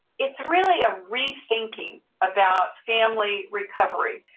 it's really a rethinking about family recovery.